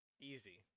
Easy